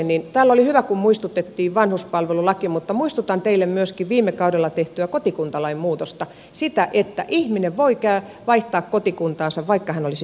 oli hyvä kun täällä muistutettiin vanhuspalvelulaista mutta muistutan teille myöskin viime kaudella tehdystä kotikuntalain muutoksesta siitä että ihminen voi vaihtaa kotikuntaansa vaikka hän olisi pitkäaikaishoidossa